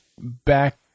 back